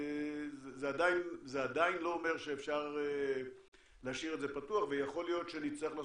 זה עדיין לא אומר שאפשר להשאיר את זה פתוח ויכול להיות שנצטרך לעשות,